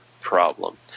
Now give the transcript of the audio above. problem